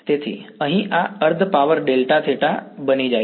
તેથી અહીં આ અર્ધ પાવર ડેલ્ટા થીટા બની જાય છે